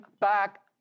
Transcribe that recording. back